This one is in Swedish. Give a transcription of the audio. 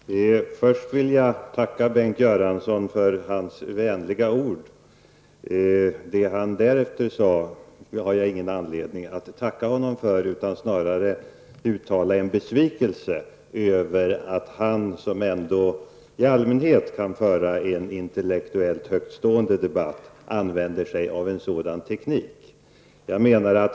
Herr talman! Först vill jag tacka Bengt Göransson för hans vänliga ord. Det utbildningsministern därefter sade har jag ingen anledning att tacka honom för. Jag vill snarare uttala en besvikelse över att han, som i allmänhet kan föra en intellektuellt högtstående debatt, använder sig av en sådan teknik.